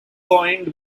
coined